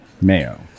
Mayo